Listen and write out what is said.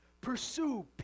Pursue